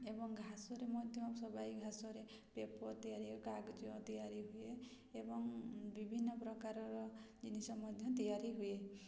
ଏବଂ ଘାସରେ ମଧ୍ୟ ସବାଇ ଘାସରେ ପେପର୍ ତିଆରି କାଗଜ ତିଆରି ହୁଏ ଏବଂ ବିଭିନ୍ନ ପ୍ରକାରର ଜିନିଷ ମଧ୍ୟ ତିଆରି ହୁଏ